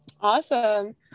Awesome